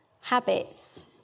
Habits